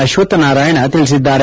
ಅಶ್ವಥ ನಾರಾಯಣ ತಿಳಿಸಿದ್ದಾರೆ